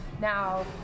now